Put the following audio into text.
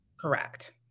Correct